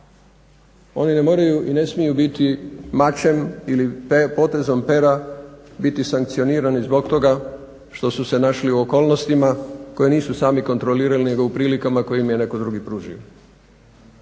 Oni ne moraju i ne smiju biti mačem ili potezom pera biti sankcionirani zbog toga što su se našli u okolnostima koje nisu sami kontrolirali nego u prilikama koje im je netko drugi pružio.